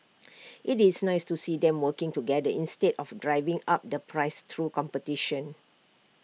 IT is nice to see them working together instead of driving up the price through competition